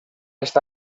está